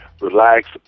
relax